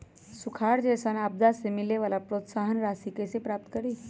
सुखार जैसन आपदा से मिले वाला प्रोत्साहन राशि कईसे प्राप्त करी?